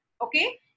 Okay